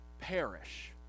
perish